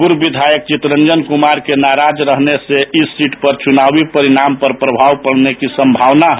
पूर्व विधायक चितरंजन कुमार के नाराज रहने से इस सीट पर चुनावी परिणाम पर प्रमाव पडने की संभावना है